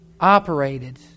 Operated